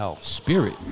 spirit